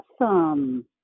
Awesome